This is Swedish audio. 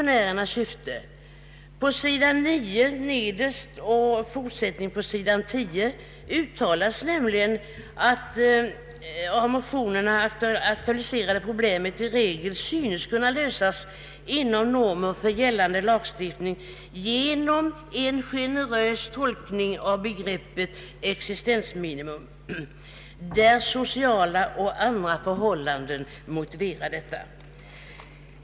Nederst på sidan 9 och med fortsättning på sidan 10 uttalas nämligen att det av motionerna aktualiserade problemet i regel synes kunna lösas inom ramen för gällande lagstiftning genom en generös tolkning av begreppet existensminimum, där sociala och andra förhållanden motiverar detta.